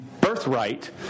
birthright